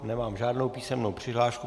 Nemám žádnou písemnou přihlášku.